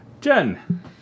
Jen